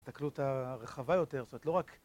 ההסתכלות הרחבה יותר, זאת אומרת, לא רק...